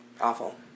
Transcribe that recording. awful